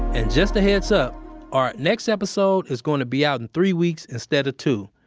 and just a heads up our next episode is going to be out in three weeks instead of two.